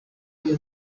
iyo